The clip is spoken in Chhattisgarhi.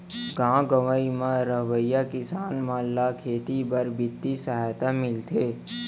गॉव गँवई म रहवइया किसान मन ल खेती बर बित्तीय सहायता मिलथे